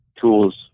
tools